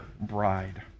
bride